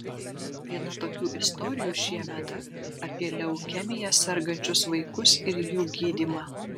viena tokių istorijų šiemet apie leukemija sergančius vaikus ir jų gydymą